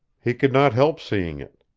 he could not help seeing it.